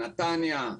נתניה,